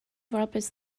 robbers